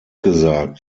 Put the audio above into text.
gesagt